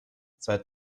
seit